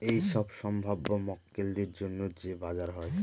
এইসব সম্ভাব্য মক্কেলদের জন্য যে বাজার হয়